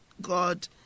God